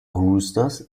roosters